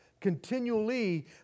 continually